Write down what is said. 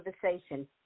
conversation